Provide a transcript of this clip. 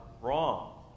wrong